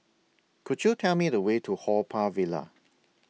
Could YOU Tell Me The Way to Haw Par Villa